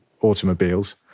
automobiles